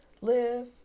live